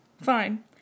Fine